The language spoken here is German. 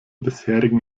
bisherigen